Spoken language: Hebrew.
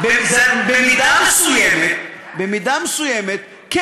במידה מסוימת כן.